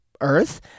earth